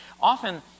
Often